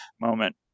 moment